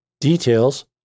Details